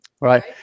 right